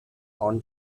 all